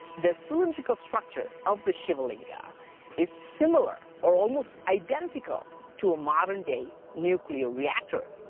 the cylindrical structure of the shiva linga is similar or almost identical to a modern-day nuclear reactor.